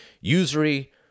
usury